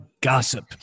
gossip